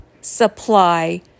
supply